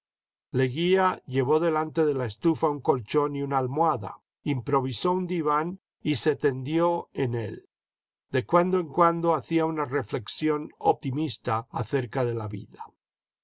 leguía llevó delante de la estufa un colchón y una almohada improvisó un diván y se tendió en él de cuando en cuando hacía una reflexión optimista acerca de la vida